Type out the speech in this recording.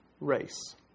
race